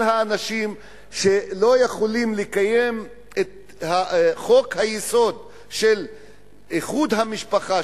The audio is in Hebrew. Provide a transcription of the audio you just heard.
על האנשים שלא יכולים לקיים את חוק היסוד של איחוד המשפחה,